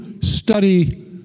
study